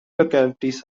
localities